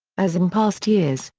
as in past years,